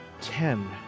Ten